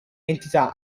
entità